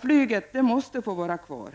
Flyget måste alltså få vara kvar.